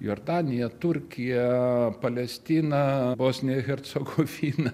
jordanija turkija palestina vos ne hercogovina